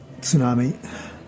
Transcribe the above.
tsunami